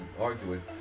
arguing